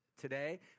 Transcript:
today